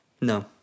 No